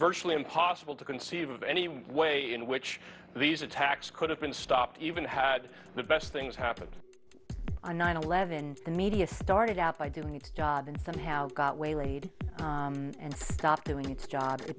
virtually impossible to conceive of any way in which these attacks could have been stopped even had the best things happened on nine eleven the media started out by doing its job and somehow got waylaid and stopped doing its job